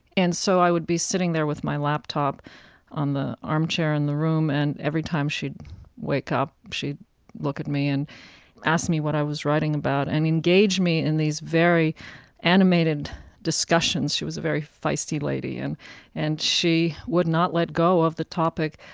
and so i would be sitting there with my laptop on the armchair in the room, and every time she'd wake up, she'd look at me and ask me what i was writing about and engage me in these very animated discussions. she was a very feisty lady, and and she would not let go of the topic.